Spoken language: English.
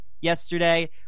yesterday